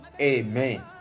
Amen